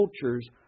cultures